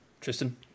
Tristan